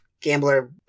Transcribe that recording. gambler